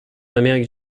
amérique